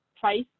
price